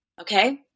Okay